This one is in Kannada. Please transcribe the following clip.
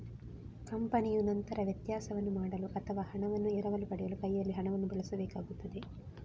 ಕಂಪನಿಯು ನಂತರ ವ್ಯತ್ಯಾಸವನ್ನು ಮಾಡಲು ಅಥವಾ ಹಣವನ್ನು ಎರವಲು ಪಡೆಯಲು ಕೈಯಲ್ಲಿ ಹಣವನ್ನು ಬಳಸಬೇಕಾಗುತ್ತದೆ